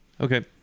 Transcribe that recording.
Okay